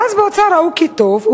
ואז ראו באוצר כי טוב,